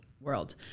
world